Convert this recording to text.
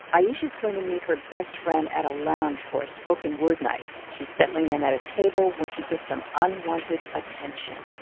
ayesha's going to meet her best friend at a lounge for a spoken word night. she's settling in at a table when she gets some unwanted attention